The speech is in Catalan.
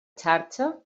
xarxa